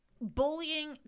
bullying